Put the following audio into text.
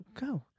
go